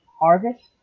Harvest